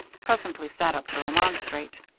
presently sat up to remonstrate.